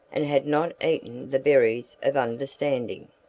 and had not eaten the berries of understanding.